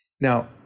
Now